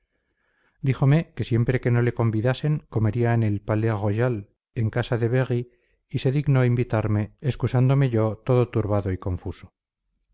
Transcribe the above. díjome que siempre que no le convidasen comería en el palais royal en casa de very y se dignó invitarme excusándome yo todo turbado y confuso